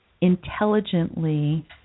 intelligently